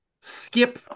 skip